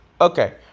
Okay